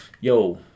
yo